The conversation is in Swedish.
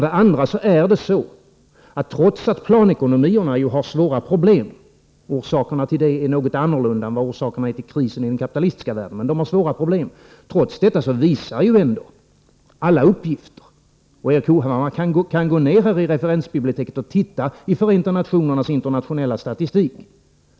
Det är också så, att trots att planekonomierna har svåra problem — orsakerna till detta är något annorlunda än orsakerna till kriserna i den kapitalistiska världen, men de har svåra problem — visar ändå alla uppgifter att tillväxten i dessa länder är större än i den kapitalistiska världen. Man kan, Erik Hovhammar, gå ner i referensbiblioteket och titta i Förenta nationernas internationella statistik.